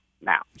now